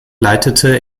leitete